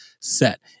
set